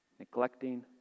neglecting